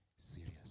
serious